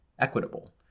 equitable